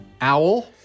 Owl